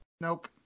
Nope